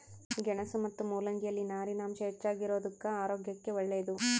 ಗೆಣಸು ಮತ್ತು ಮುಲ್ಲಂಗಿ ಯಲ್ಲಿ ನಾರಿನಾಂಶ ಹೆಚ್ಚಿಗಿರೋದುಕ್ಕ ಆರೋಗ್ಯಕ್ಕೆ ಒಳ್ಳೇದು